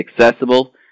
accessible